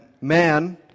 man